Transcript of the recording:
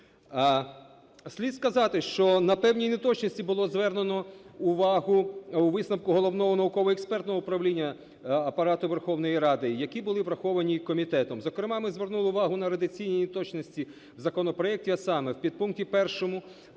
Слід сказати, що на певні неточності було звернено увагу у висновку Головного науково-експертного управління Апарату Верховної Ради, які були враховані комітетом. Зокрема, ми звернули увагу на редакційні неточності в законопроекті, а саме в підпункті 1 пункту 1